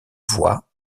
voie